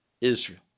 israel